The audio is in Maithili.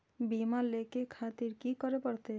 बीमा लेके खातिर की करें परतें?